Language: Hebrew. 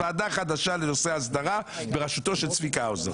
ועדה חדשה לנושא ההסדרה בראשותו של צביקה האוזר.